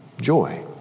Joy